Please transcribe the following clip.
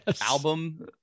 album